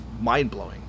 mind-blowing